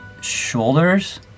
shoulders